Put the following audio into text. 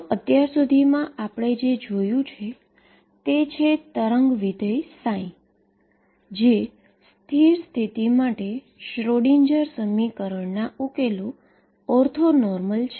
તો અત્યાર સુધીમાં આપણે જે જોયું તે વેવ ફંક્શન ψ છે જે સ્ટેશનરી સ્ટેટ સ્થિતિ માટે શ્રોડિંજર સમીકરણના ઉકેલો ઓર્થોનોર્મલ છે